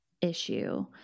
issue